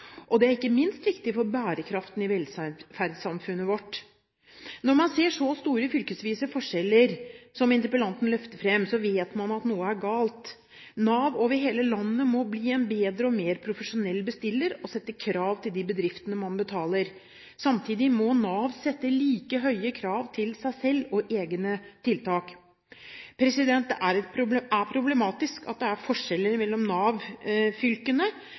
og det er ikke minst viktig for bærekraften i velferdssamfunnet vårt. Når man ser så store fylkesvise forskjeller som interpellanten løfter fram, vet man at noe er galt. Nav over hele landet må bli en bedre og mer profesjonell bestiller og sette krav til de bedriftene man betaler. Samtidig må Nav sette like høye krav til seg selv og egne tiltak. Det er problematisk at det er forskjeller mellom Nav-fylkene, men det er det dessverre også mellom